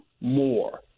more